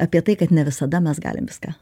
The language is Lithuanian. apie tai kad ne visada mes galim viską